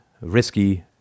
risky